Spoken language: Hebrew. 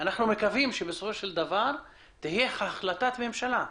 אנחנו מקווים שבסופו של דבר תהיה החלטת ממשלה,